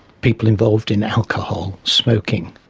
people involved in alcohol, smoking,